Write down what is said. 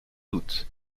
doutes